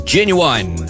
Genuine